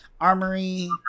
armory